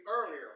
earlier